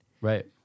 Right